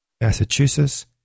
Massachusetts